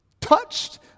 touched